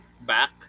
back